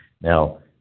Now